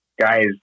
guys